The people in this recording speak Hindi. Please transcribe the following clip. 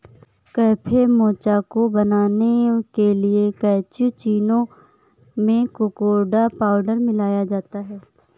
कैफे मोचा को बनाने के लिए कैप्युचीनो में कोकोडा पाउडर मिलाया जाता है